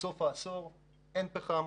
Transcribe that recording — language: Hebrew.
ובסוף העשור לא יהיה פחם.